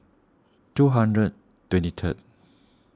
two hundred twenty third